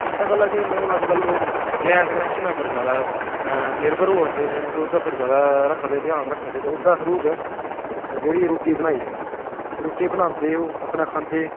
ते इत्तै गल्ला केह् होंदा हून अज्जकल लोक गैस कनैक्शन उप्पर ज्यादा निर्भर होआ दे जानि कि ओह्दे उप्पर ज्यादा रखदे ध्यान रक्खदे ते ओह्दा थ्रू गै जेह्ड़ी रुट्टी बनाई जंदी रुट्टी बनांदे ओह् अपने खंदे